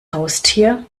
haustier